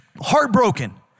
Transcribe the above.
heartbroken